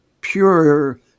pure